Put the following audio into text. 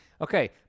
Okay